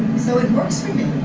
so it works for me.